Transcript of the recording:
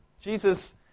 Jesus